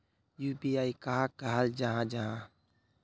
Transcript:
UPI कहाक कहाल जाहा जाहा?